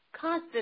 Constant